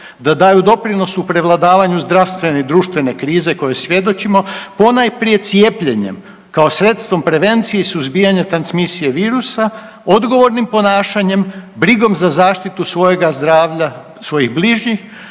da daju doprinos u prevladavanju zdravstvene i društvene krize kojoj svjedočimo ponajprije cijepljenjem kao sredstvom prevencije i suzbijanja transmisije virusa, odgovornim ponašanjem, brigom za zaštitu svojega zdravlja, svojih bližnjih,